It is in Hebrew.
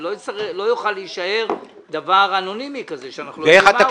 זה לא יוכל להישאר דבר אנונימי כזה שאנחנו לא יודעים מהו.